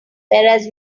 whereas